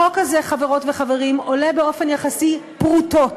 החוק הזה, חברות וחברים, עולה באופן יחסי פרוטות,